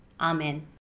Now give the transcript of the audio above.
Amen